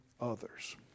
others